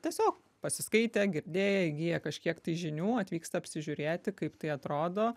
tiesiog pasiskaitę girdėję įgyję kažkiek tai žinių atvyksta apsižiūrėti kaip tai atrodo